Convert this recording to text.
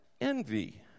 envy